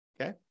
Okay